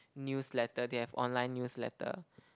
newsletter they have online newsletter